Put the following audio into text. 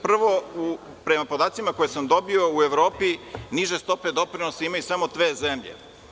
Prvo, prema podacima koje sam dobio, u Evropi niže stope doprinosa imaju samo dve zemlje.